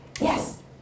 Yes